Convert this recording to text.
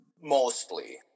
mostly